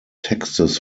texts